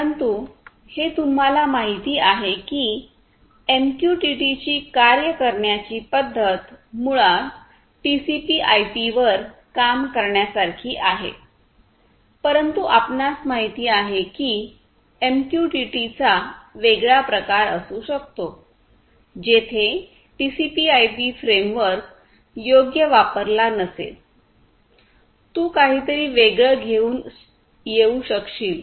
परंतु हे तुम्हाला माहिती आहे की एमक्यूटीटीचीकार्य करण्याची पद्धत मुळात टीसीपी आयपी वर काम करण्यासारखी आहे परंतु आपणास माहित आहे की एमक्यूटीटीचा वेगळा प्रकार असू शकतो जेथे टीसीपी आयपी फ्रेमवर्क योग्य वापरला नसेल तू काहीतरी वेगळं घेऊन येऊ शकशील